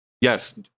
Yes